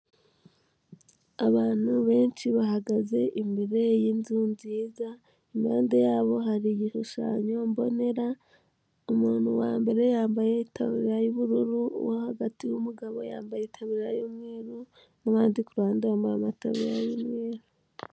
Abantu benshi bahagaze imbere yinzu nziza, impande yabo hari igishushanyo mbonera, umuntu wa mbere yambaye itaburiya y'ubururu, uwo hagati w'umugabo yambaye itabuliya y'umweru n'abandi ku ruhande bambaye amatabuliya y'umweru.